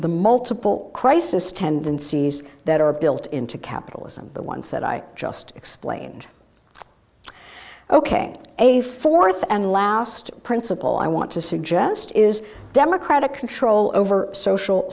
the multiple crisis tendencies that are built into capitalism the ones that i just explained ok a th and last principle i want to suggest is democratic control over social